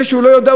זה שהוא לא יודע,